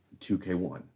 2K1